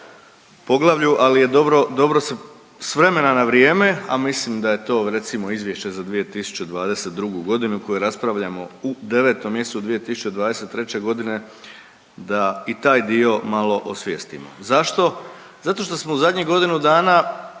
poglavlju, ali je dobro s vremena na vrijeme, a mislim da je to recimo izvješće za 2022.g. koje raspravljamo u 9. mjesecu 2023.g. da i taj dio malo osvijestimo. Zašto? Zato što smo u zadnjih godinu dana